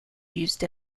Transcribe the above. used